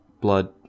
blood